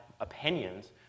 opinions